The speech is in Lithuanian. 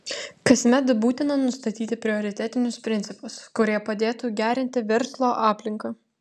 kasmet būtina nustatyti prioritetinius principus kurie padėtų gerinti verslo aplinką